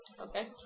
Okay